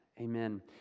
Amen